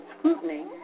scrutiny